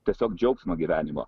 tiesiog džiaugsmą gyvenimo